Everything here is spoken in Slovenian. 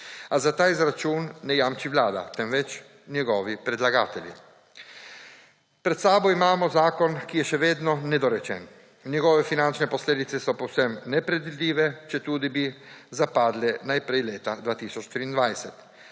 a za ta izračun ne jamči vlada, temveč njegovi predlagatelji. Pred sabo imamo zakon, ki je še vedno nedorečen. Njegove finančne posledice so povsem nepredvidljive, četudi bi zapadle najprej leta 2023.